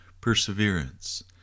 perseverance